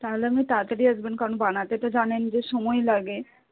তাহলে আপনি তাড়াতাড়ি আসবেন কারণ বানাতে তো জানেন যে সময় লাগে